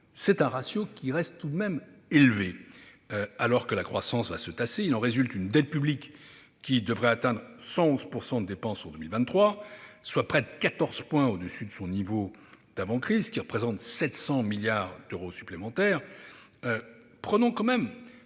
C'est un ratio qui reste tout de même élevé, alors que la croissance va se tasser. Il en résulte une dette publique qui devrait atteindre 111 % du PIB en 2023, soit près de 14 points au-dessus de son niveau d'avant-crise. Cela représente 700 milliards d'euros supplémentaires. Prenons un peu